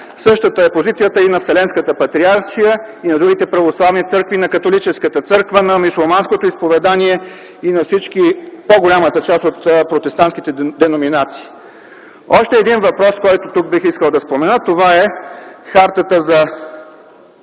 Същата е позицията и на Вселенската патриаршия, и на другите православни църкви, на Католическата църква, на мюсюлманското вероизповедание и на по-голямата част от протестантските деноминации. Още един въпрос, който тук бих искал да спомена, това е, хартата за